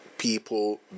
people